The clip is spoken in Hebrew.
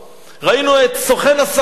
ראינו את סוכן השחקנים,